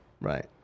Right